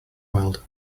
world